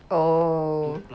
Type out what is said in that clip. oh